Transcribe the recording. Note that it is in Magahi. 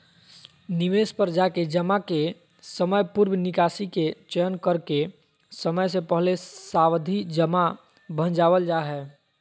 निवेश पर जाके जमा के समयपूर्व निकासी के चयन करके समय से पहले सावधि जमा भंजावल जा हय